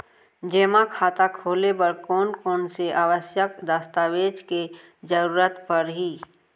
जेमा खाता खोले बर कोन कोन से आवश्यक दस्तावेज के जरूरत परही?